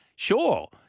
Sure